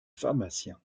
pharmacien